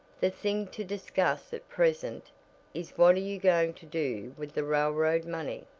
the thing to discuss at present is what are you going to do with the railroad money?